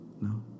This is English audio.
No